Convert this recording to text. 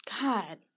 God